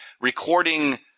recording